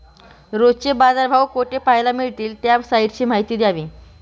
रोजचे बाजारभाव कोठे पहायला मिळतील? त्या साईटची माहिती द्यावी